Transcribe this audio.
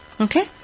Okay